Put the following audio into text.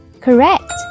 Correct